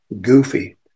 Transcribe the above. goofy